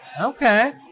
Okay